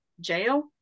jail